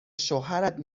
شوهرت